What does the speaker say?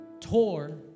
tore